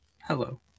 hello